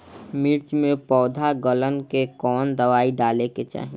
मिर्च मे पौध गलन के कवन दवाई डाले के चाही?